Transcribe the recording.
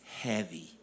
heavy